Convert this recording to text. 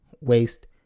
waste